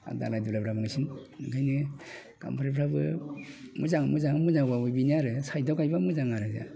दालाइ दुलायफ्रा बांसिन ओंखायनो गाम्बारिफ्राबो मोजां मोजां मोजाङैब्लाबो बिनो आरो साइडआव गायब्ला मोजां आरो